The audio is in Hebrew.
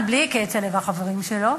בלי כצל'ה והחברים שלו,